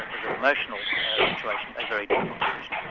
as an emotional situation, a very difficult decision.